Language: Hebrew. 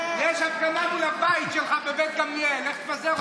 יש הפגנה מול הבית שלך בבית גמליאל, לך תפזר אותה.